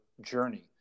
journey